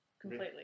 Completely